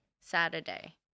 Saturday